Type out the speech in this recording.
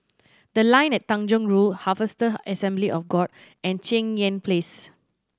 The Line at Tanjong Rhu Harvester Assembly of God and Cheng Yan Place